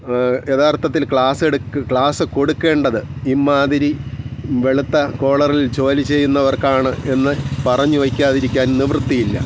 യഥാർത്ഥത്തിൽ ക്ലാസ് എടുത്ത് കൊടുക്കേണ്ടത് ഇമ്മാതിരി വെളുത്ത കോളറിൽ ജോലി ചെയ്യുന്നവർക്കാണ് എന്ന് പറഞ്ഞു വയ്ക്കാതിരിക്കാൻ നിവൃത്തിയില്ല